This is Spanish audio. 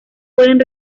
pueden